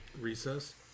Recess